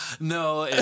No